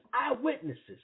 eyewitnesses